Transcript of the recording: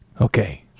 Okay